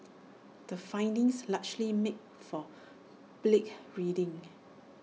the findings largely make for bleak reading